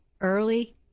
early